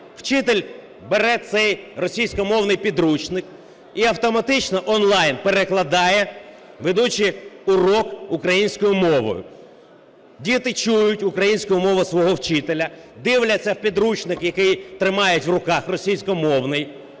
Вчитель бере цей російськомовний підручник і автоматично онлайн перекладає, ведучи урок українською мовою. Діти чують українську мову свого вчителя, дивляться в підручник, який тримають в руках, російськомовний